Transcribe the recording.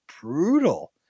brutal